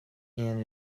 and